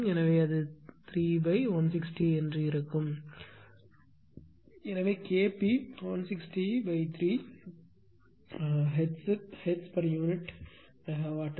எனவே இது 3160 எனவே K p 1603 Hzpu MW